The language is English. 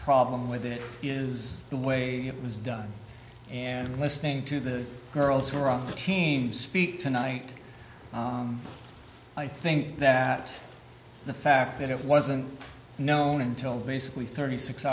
problem with it is the way it was done and listening to the girls who are on the team speak tonight i think that the fact that it wasn't known until basically thirty six